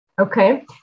Okay